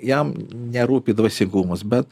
jam nerūpi dvasingumas bet